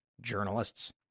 Journalists